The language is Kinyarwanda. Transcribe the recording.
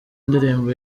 indirimbo